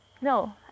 no